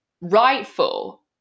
rightful